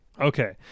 okay